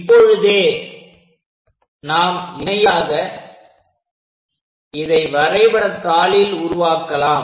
இப்பொழுதே நாம் இணையாக இதை வரைபடத்தாளில் உருவாக்கலாம்